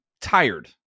tired